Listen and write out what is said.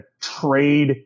trade